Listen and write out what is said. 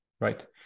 right